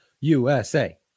USA